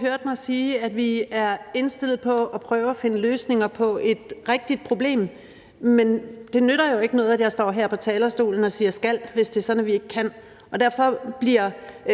hørte mig sige, at vi er indstillet på at prøve at finde løsninger på et rigtigt problem, men det nytter jo ikke noget, at jeg står her på talerstolen og siger »skal«, hvis det er sådan, vi ikke kan, og derfor bliver